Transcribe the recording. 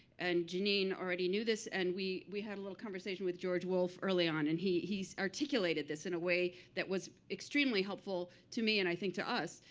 and jeanine already knew this, and we we had a little conversation with george wolfe early on, and he articulated this in a way that was extremely helpful to me and i think to us.